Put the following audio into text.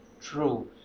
true